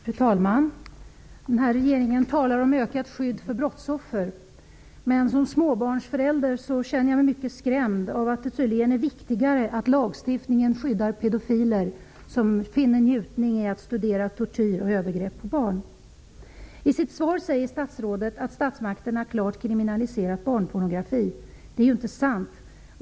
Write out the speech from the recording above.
Fru talman! Den här regeringen talar om ökat skydd för brottsoffer. Men som småbarnsförälder känner jag mig mycket skrämd av att det tydligen är viktigt att lagstiftningen skyddar pedofiler som finner njutning i att studera tortyr och övergrepp på barn. I sitt svar säger statsrådet att statsmakterna klart kriminaliserat barnpornografi. Det är ju inte sant!